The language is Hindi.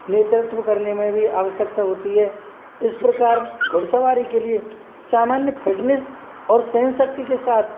नेतृत्व करने में भी आवश्यकता होती है इस प्रकार घुड़सवारी के लिए सामान्य फिटनेस और सहनशक्ति के साथ